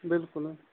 بِلکُل حظ